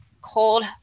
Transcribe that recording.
cold